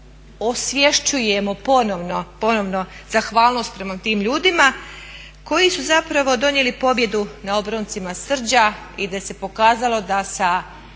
osvješćujemo ponovno zahvalnost prema tim ljudima koji su zapravo donijeli pobjedu na obroncima Srđa i gdje se pokazalo da sa